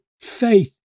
faith